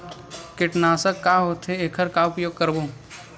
कीटनाशक का होथे एखर का उपयोग करबो?